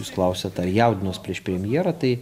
jūs klausiat ar jaudinuos prieš premjerą tai